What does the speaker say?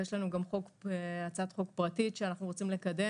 ויש לנו גם הצעת חוק פרטית שאנחנו רוצים לקדם